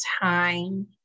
time